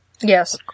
Yes